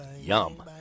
Yum